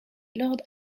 lord